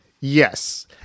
yes